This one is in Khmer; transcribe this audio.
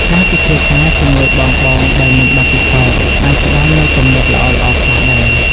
ការពិភាក្សាជាមួយបងៗដែលមានបទពិសោធន៍ អាចផ្តល់នូវគំនិតល្អៗខ្លះដែរ។